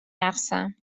رقصم